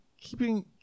Keeping